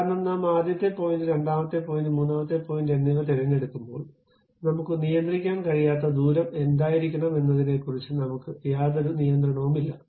കാരണം നാം ആദ്യത്തെ പോയിന്റ് രണ്ടാമത്തെ പോയിന്റ് മൂന്നാമത്തെ പോയിന്റ് എന്നിവ തിരഞ്ഞെടുക്കുമ്പോൾ നമുക്ക് നിയന്ത്രിക്കാൻ കഴിയാത്ത ദൂരം എന്തായിരിക്കണമെന്നതിനെക്കുറിച്ച് നമുക്ക് യാതൊരു നിയന്ത്രണവുമില്ല